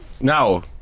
Now